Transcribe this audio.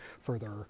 further